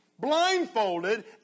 blindfolded